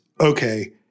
okay